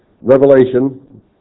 Revelation